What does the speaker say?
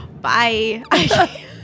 bye